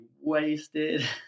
wasted